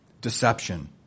Deception